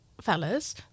fellas